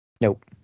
Nope